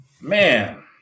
man